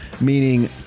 Meaning